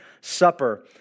Supper